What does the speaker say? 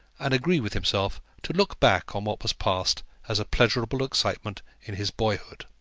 and agree with himself to look back on what was past as a pleasurable excitement in his boyhood.